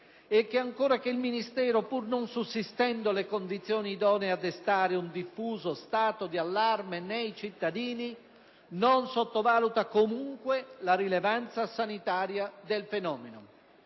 nazionale e che il Ministero, pur non sussistendo le condizioni idonee a destare un diffuso stato di allarme nei cittadini, non sottovaluta comunque la rilevanza sanitaria del fenomeno.